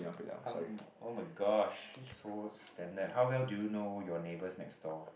come oh my gosh this is so standard how well do you know your neighbours next door